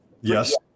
yes